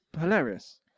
hilarious